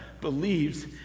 believes